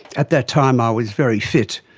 at that time i was very fit.